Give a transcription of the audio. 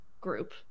group